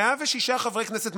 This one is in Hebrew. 106 חברי כנסת,